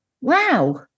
Wow